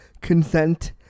consent